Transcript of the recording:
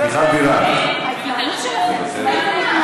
מיכל בירן, מוותרת,